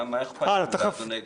מה זה משנה אם הם בעד או נגד?